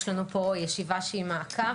יש לנו פה ישיבה שהיא למעקב,